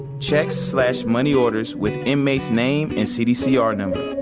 checks slash money orders with inmate's name and cdcr number.